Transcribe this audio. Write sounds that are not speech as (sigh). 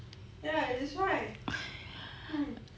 (breath)